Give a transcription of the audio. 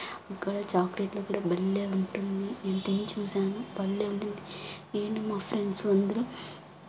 అక్కడ చాక్లేట్లు కూడా భల్లేగుంటుంది నేను తిని చూసాను భల్లేగుండింది నేను మా ఫ్రెండ్స్ వందరు